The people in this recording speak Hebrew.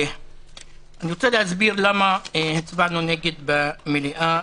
אני רוצה להסביר למה הצבענו נגד במליאה,